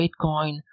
Bitcoin